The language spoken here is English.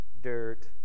dirt